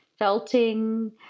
Felting